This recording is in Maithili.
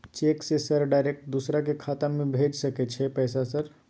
चेक से सर डायरेक्ट दूसरा के खाता में भेज सके छै पैसा सर?